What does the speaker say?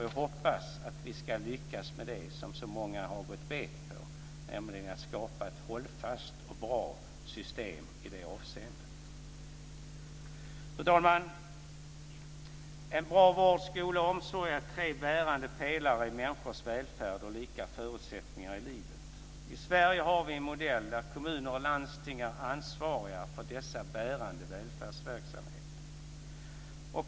Jag hoppas att vi ska lyckas med det som så många har gått bet på, nämligen att skapa ett hållfast och bra system i det avseendet. Fru talman! En bra vård, skola och omsorg är tre bärande pelare i människors välfärd och lika förutsättningar i livet. I Sverige har vi en modell där kommuner och landsting är ansvariga för dessa bärande välfärdsverksamheter.